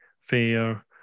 fair